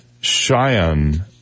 Cheyenne